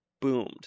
boomed